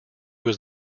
was